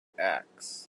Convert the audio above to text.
acts